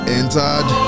entered